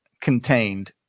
contained